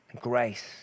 grace